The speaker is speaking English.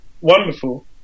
Wonderful